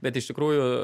bet iš tikrųjų